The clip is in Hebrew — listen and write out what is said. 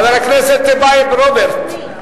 חבר הכנסת רוברט טיבייב,